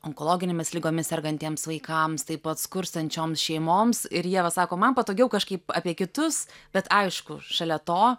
onkologinėmis ligomis sergantiems vaikams taip pat skurstančioms šeimoms ir ieva sako man patogiau kažkaip apie kitus bet aišku šalia to